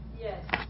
yes